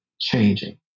changing